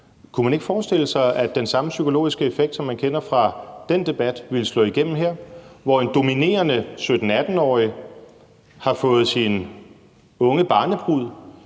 Kunne man ikke forestille sig, at den samme psykologiske effekt, som man kender fra den debat, vil slå igennem her, hvor en dominerende 17-18-årig har fået sin unge barnebrud